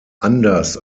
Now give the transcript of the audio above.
anders